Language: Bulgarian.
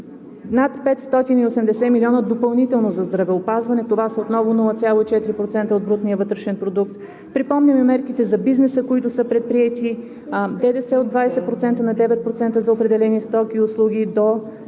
над 580 милиона допълнително за здравеопазване, това са отново 0,4% от брутния вътрешен продукт, припомняме мерките за бизнеса, които са предприети, ДДС от 20% на 9% за определени стоки и услуги до